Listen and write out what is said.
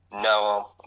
No